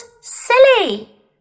silly